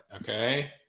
Okay